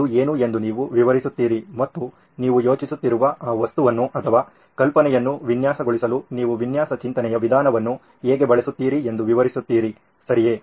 ಅದು ಏನು ಎಂದು ನೀವು ವಿವರಿಸುತ್ತೀರಿ ಮತ್ತು ನೀವು ಯೋಚಿಸುತ್ತಿರುವ ಆ ವಸ್ತುವನ್ನು ಅಥವಾ ಕಲ್ಪನೆಯನ್ನು ವಿನ್ಯಾಸಗೊಳಿಸಲು ನೀವು ವಿನ್ಯಾಸ ಚಿಂತನೆಯ ವಿಧಾನವನ್ನು ಹೇಗೆ ಬಳಸುತ್ತೀರಿ ಎಂದು ವಿವರಿಸುತ್ತೀರಿ ಸರಿಯೇ